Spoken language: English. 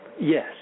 Yes